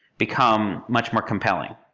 become much more compelling.